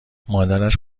مادرش